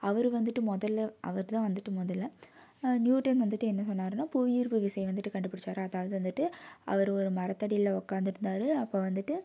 அவர் வந்துட்டு முதல்ல அவர் தான் வந்துட்டு முதல்ல நியூட்டன் வந்துட்டு என்ன பண்ணிணாருன்னா புவி ஈர்ப்புவிசையை வந்துட்டு கண்டுபிடிச்சாரு அதாவது வந்துட்டு அவர் ஒரு மரத்தடியில் உட்காந்துருந்தாரு அப்போது வந்துட்டு